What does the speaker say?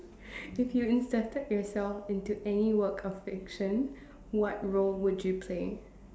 if you inserted yourself into any work of fiction what role would you play